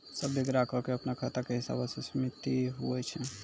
सभ्भे ग्राहको के अपनो खाता के हिसाबो से सीमित हुवै छै